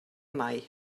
mai